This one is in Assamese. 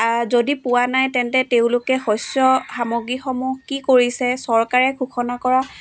যদি পোৱা নাই তেন্তে তেওঁলোকে শস্য সামগ্ৰীসমূহ কি কৰিছে চৰকাৰে ঘোষণা কৰা